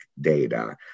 data